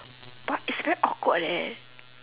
but it's very awkward leh